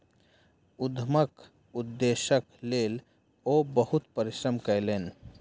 उद्यमक उदेश्यक लेल ओ बहुत परिश्रम कयलैन